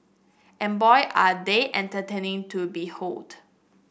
and boy are they entertaining to behold